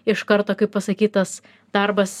iš karto kaip pasakytas darbas